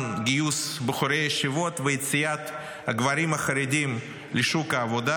גיוס בחורי ישיבות ויציאת הגברים החרדים לשוק העבודה,